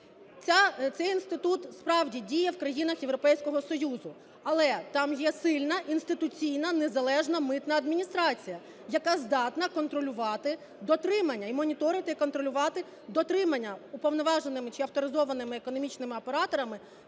Цей інститут справді діє в країнах Європейського Союзу. Але там є сильна інституційна, незалежна митна адміністрація, яка здатна контролювати дотримання, моніторити і контролювати дотримання уповноваженими чи авторизованими економічними операторами